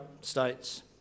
states